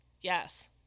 yes